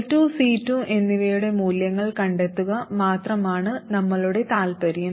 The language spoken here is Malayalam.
L2 C2 എന്നിവയുടെ മൂല്യങ്ങൾ കണ്ടെത്തുക മാത്രമാണ് നമ്മളുടെ താൽപ്പര്യം